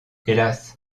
hélas